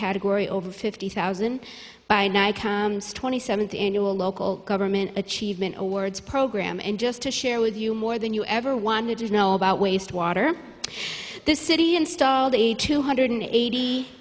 category over fifty thousand by night comes twenty seventh annual local government achievement awards program and just to share with you more than you ever wanted to know about waste water the city installed a two hundred eighty